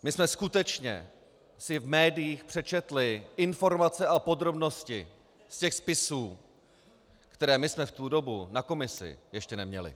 My jsme skutečně v médiích přečetli informace a podrobnosti z těch spisů, které my jsme v tu dobu na komisi ještě neměli.